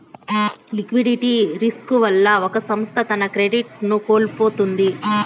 liquidity risk వల్ల ఒక సంస్థ తన క్రెడిట్ ను కోల్పోతుంది